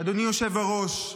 אדוני היושב-ראש,